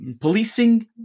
policing